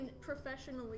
professionally